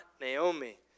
Naomi